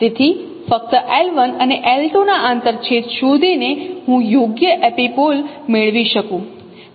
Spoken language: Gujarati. તેથી ફક્ત l 1 અને l 2 ના આંતરછેદ શોધીને હું યોગ્ય એપિપોલ મેળવી શકું